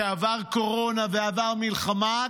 שעבר קורונה ועבר מלחמה,